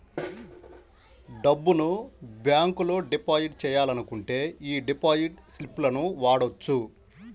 డబ్బును బ్యేంకులో డిపాజిట్ చెయ్యాలనుకుంటే యీ డిపాజిట్ స్లిపులను వాడొచ్చు